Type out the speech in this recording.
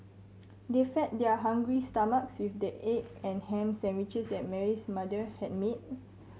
they fed their hungry stomachs with the egg and ham sandwiches that Mary's mother had made